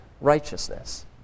righteousness